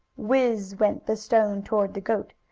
whizz! went the stone toward the goat.